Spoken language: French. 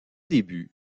début